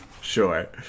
sure